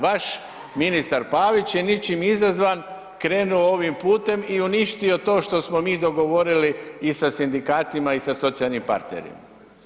Vaš ministar Pavić je ničim izazvan krenuo ovim putem i uništio to što smo mi dogovorili i sa sindikatima i sa socijalnim partnerima.